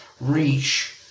reach